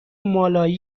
مالایی